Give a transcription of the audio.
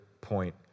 point